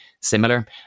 similar